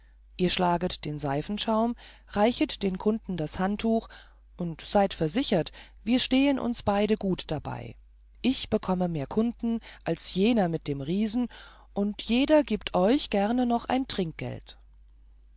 ihr schlaget den seifenschaum reichet den kunden das handtuch und seid versichert wir stehen uns beide gut dabei ich bekomme mehr kunden als jener mit dem riesen und jeder gibt euch gerne noch ein trinkgeld